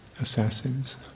assassins